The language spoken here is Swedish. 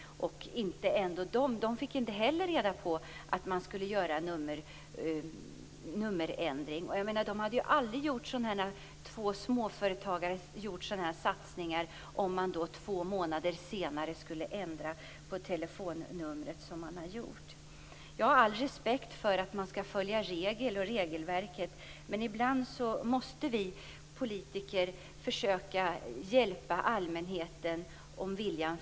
Detta gjorde man i juni. Inte heller på Statoil hade man fått reda på att en nummerändring skulle göras. Aldrig skulle dessa båda småföretagare ha gjort sådana här satsningar om de hade vetat att telefonnumret två månader senare skulle ändras. Jag har all respekt för att regler och regelverk skall följas men ibland måste vi politiker försöka hjälpa allmänheten på ett bättre sätt.